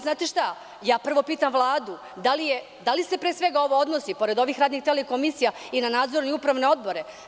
Znate šta, ja prvo pitam Vladu da li se pre svega ovo odnosi pored ovih radnih tela i komisija i na nadzorne i upravne odbore?